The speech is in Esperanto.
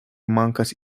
mankas